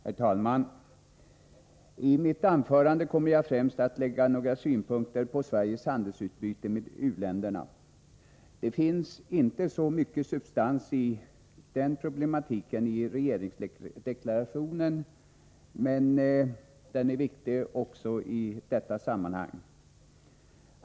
Herr talman! I mitt anförande kommer jag att främst anlägga några synpunkter på Sveriges handelsutbyte med u-länderna. Det finns inte så mycket av substans i den problematiken i regeringsdeklarationen, men det är en viktig fråga i detta sammanhang.